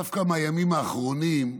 דווקא מהימים האחרונים.